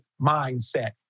mindset